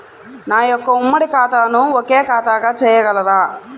నా యొక్క ఉమ్మడి ఖాతాను ఒకే ఖాతాగా చేయగలరా?